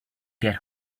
get